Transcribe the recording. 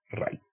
right